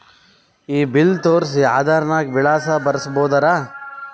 ಈ ಬಿಲ್ ತೋಸ್ರಿ ಆಧಾರ ನಾಗ ವಿಳಾಸ ಬರಸಬೋದರ?